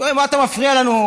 שואלים: מה אתה מפריע לנו?